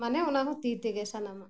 ᱢᱟᱱᱮ ᱚᱱᱟ ᱦᱚᱸ ᱛᱤᱛᱮᱜᱮ ᱥᱟᱱᱟᱢᱟᱜ